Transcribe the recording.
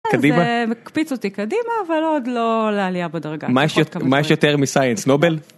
קדימה? זה מקפיץ אותי קדימה, אבל עוד לא לעלייה בדרגה. מה יש יותר מפרס המדע?